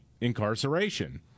incarceration